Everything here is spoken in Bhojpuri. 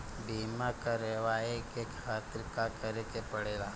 बीमा करेवाए के खातिर का करे के पड़ेला?